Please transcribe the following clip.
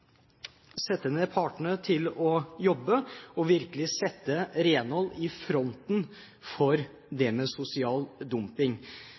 sette ned partene for å jobbe og virkelig sette renhold i fronten for sosial dumping